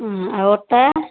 ହଁ ଆଉ ଅଟା